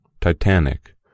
Titanic